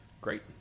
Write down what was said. Great